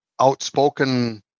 outspoken